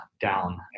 down